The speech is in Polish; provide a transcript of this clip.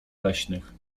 leśnych